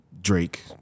drake